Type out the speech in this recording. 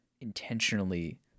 intentionally